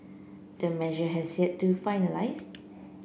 the measure has yet to finalised